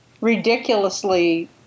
ridiculously